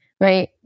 right